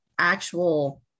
actual